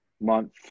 month